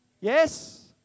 Yes